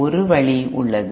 ஒரு வழி உள்ளது